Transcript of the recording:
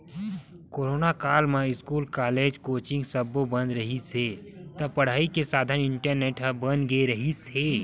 corona काल म school, college, coaching सब्बो बंद रिहिस हे त पड़ई के साधन इंटरनेट ह बन गे रिहिस हे